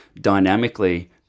dynamically